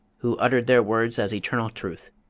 who uttered their words as eternal truth.